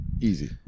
Easy